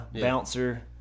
bouncer